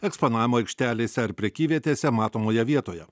eksponavimo aikštelėse ar prekyvietėse matomoje vietoje